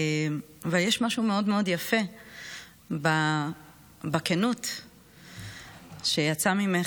יש משהו מאוד מאוד יפה בכנות שיצאה ממך